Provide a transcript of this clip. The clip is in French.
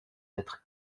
être